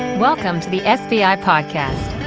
welcome to the sbi podcast,